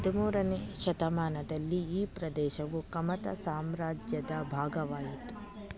ಹದಿಮೂರನೇ ಶತಮಾನದಲ್ಲಿ ಈ ಪ್ರದೇಶವು ಕಮತಾ ಸಾಮ್ರಾಜ್ಯದ ಭಾಗವಾಯಿತು